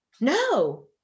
No